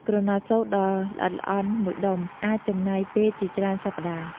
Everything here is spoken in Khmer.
ក្រណាត់សូត្រដ៏ល្អិតល្អន់មួយដុំអាចចំណាយពេលជាច្រើនសប្តាហ៍ ។